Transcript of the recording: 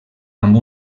amb